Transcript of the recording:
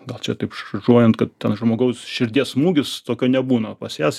gal čia taip šaržuojant kad ten žmogaus širdies smūgis tokio nebūna pas jas